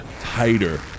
tighter